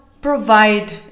provide